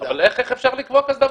אבל איך אפשר לקבוע כזה דבר?